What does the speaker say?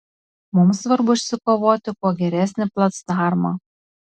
mums svarbu išsikovoti kuo geresnį placdarmą